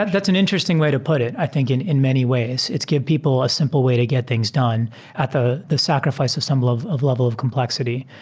that's an interesting way to put it, i in in many ways. it's give people a simple way to get things done at the the sacrifice assemble of of level of complexity.